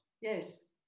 yes